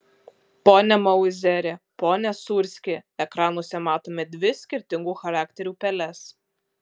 pone mauzeri pone sūrski ekranuose matome dvi skirtingų charakterių peles